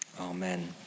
amen